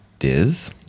Diz